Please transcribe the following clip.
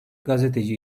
gazeteci